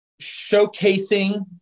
showcasing